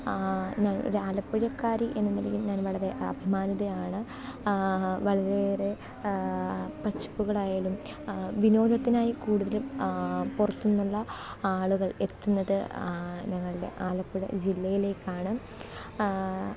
ഞാനൊരു ആലപ്പുഴക്കാരി എന്ന നിലയിൽ ഞാൻ വളരെ അഭിമാനിതയാണ് വളരെയേറെ പച്ചപ്പുകളായാലും വിനോദത്തിനായി കൂടുതലും പുറത്തുനിന്നുള്ള ആളുകൾ എത്തുന്നത് ഞങ്ങളുടെ ആലപ്പുഴ ജില്ലയിലേക്കാണ്